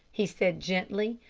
he said gently.